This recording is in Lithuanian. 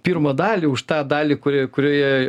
pirmą dalį už tą dalį kuri kurioje